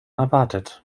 erwartet